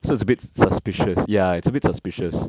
so it's a bit suspicious ya it's a bit suspicious